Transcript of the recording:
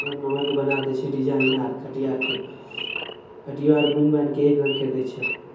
एक नम्बरके बना दै छै डिजाइन आर खटिया आरके खटियो आर बुनि बानिके एक रङ्ग करि दै छै